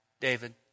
David